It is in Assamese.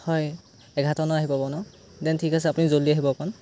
হয় এঘাৰটামানত আহি পাব ন দেন ঠিক আছে আপুনি জলদি আহিব অকণ